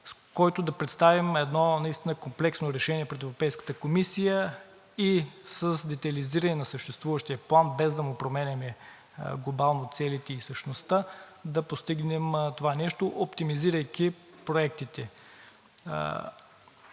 с който да представим едно наистина комплексно решение пред Европейската комисия, и с детайлизиране на съществуващия план, без да му променяме глобално целите и същността, да постигнем това нещо, оптимизирайки проектите.